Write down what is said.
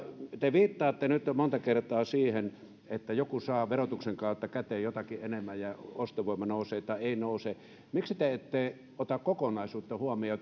te viittaatte nyt monta kertaa siihen että joku saa verotuksen kautta käteen jotakin enemmän ja ostovoima nousee tai ei nouse miksi te ette ota kokonaisuutta huomioon